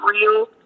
real